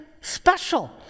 special